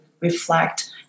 reflect